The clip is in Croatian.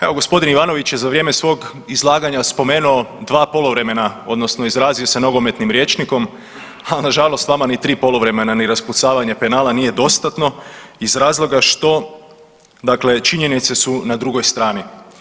Evo g. Ivanović je za vrijeme svog izlaganja spomenuo dva poluvremena odnosno izrazio se nogometnim rječnikom, al nažalost vama ni tri poluvremena, ni raspucavanje penala nije dostatno iz razloga što, dakle činjenice su na drugoj strani.